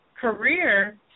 career